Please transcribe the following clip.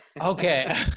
Okay